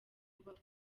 kubaho